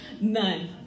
None